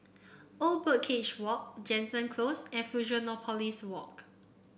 Old Birdcage Walk Jansen Close and Fusionopolis Walk